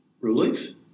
relief